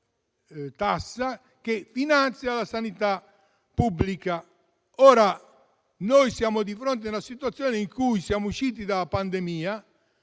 che finanzia la sanità pubblica. Siamo ora in una situazione in cui siamo usciti dalla pandemia.